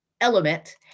element